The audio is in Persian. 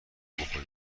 بخوریم